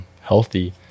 healthy